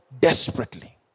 desperately